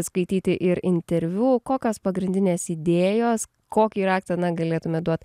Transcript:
skaityti ir interviu kokios pagrindinės idėjos kokį raktą na galėtumėt duoti